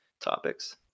topics